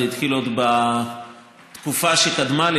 זה התחיל עוד בתקופה שקדמה לי,